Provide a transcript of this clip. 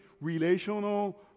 relational